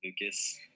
Lucas